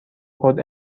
خود